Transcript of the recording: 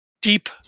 deep